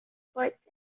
sports